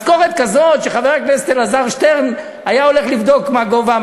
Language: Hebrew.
משכורת כזאת שחבר הכנסת אלעזר שטרן היה הולך לבדוק מה הגובה שלה,